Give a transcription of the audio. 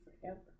forever